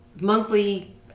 monthly